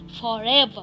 forever